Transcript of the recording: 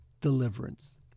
deliverance